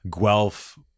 Guelph